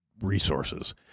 resources